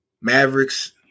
Mavericks